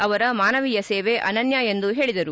ಅವರ ಮಾನವೀಯ ಸೇವೆ ಅನನ್ಯ ಎಂದು ಹೇಳಿದರು